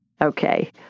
Okay